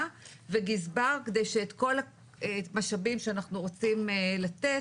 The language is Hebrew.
וגזבר כדי שאת כל המשאבים שאנחנו רוצים לתת,